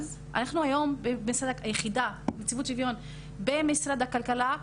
ואנחנו היום נציבות השוויון היחידה במשרד הכלכלה,